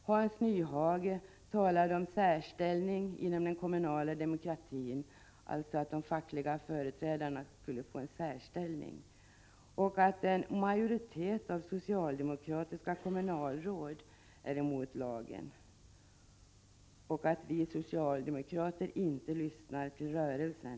Hans Nyhage talade om att de fackliga företrädarna skulle få en särställning inom den kommunala demokratin, att en majoritet av socialdemokratiska kommunalråd är emot lagen och att vi socialdemokrater inte lyssnar till rörelsen.